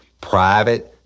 private